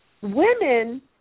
women